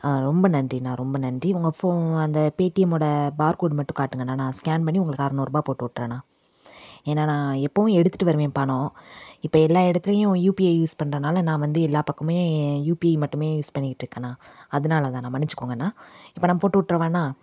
ரொம்ப நன்றிண்ணா ரொம்ப நன்றி உங்கள் ஃபோ அந்த பேடிஎம்மோட பார் கோட் மட்டும் காட்டுங்கண்ணா நான் ஸ்கேன் பண்ணி உங்களுக்கு அறநூறு ரூபாய் போட்டு விட்றேண்ணா ஏன்னால் நான் எப்பவும் எடுத்துகிட்டு வருவேன் பணம் இப்போ எல்லா இடத்துலையும் யுபிஐ யூஸ் பண்ணுறனால நான் வந்து எல்லா பக்கமே யுபிஐ மட்டுமே யூஸ் பண்ணிக்கிட்டு இருக்கேண்ணா அதனாலதாண்ணா மன்னிச்சுக்கோங்கண்ணா இப்போ நான் போட்டு விட்றவாண்ணா